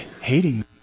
hating